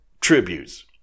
tributes